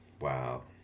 Wow